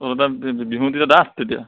তাত বিহু তেতিয়া ডাঠ তেতিয়া